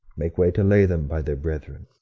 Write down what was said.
make way to lay them by their brethren.